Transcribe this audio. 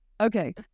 Okay